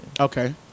Okay